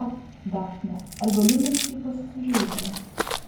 ak dafne ar galiu minutei pas jus užeiti